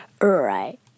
Right